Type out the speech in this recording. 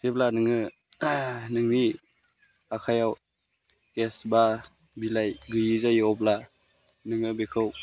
जेब्ला नोङो नोंनि आखायाव केस बा बिलाइ गैयि जायो अब्ला नोङो बेखौ